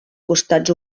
costats